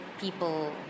people